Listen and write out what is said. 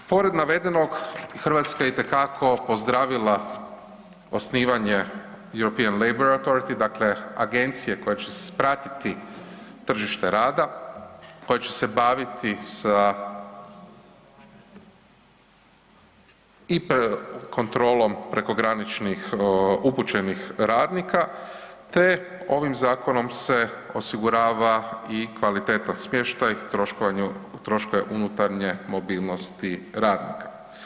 Pored navedenog Hrvatska je itekako pozdravila osnivanje … [[Govornik se ne razumije]] dakle, agencije koja će pratiti tržište rada, koja će se baviti sa i kontrolom prekograničnih upućenih radnika, te ovim zakonom se osigurava i kvaliteta, smještaj, troškove unutarnje mobilnosti radnika.